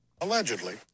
Allegedly